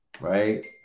right